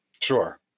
Sure